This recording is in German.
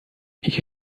ich